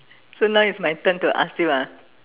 so now is my turn to ask you ah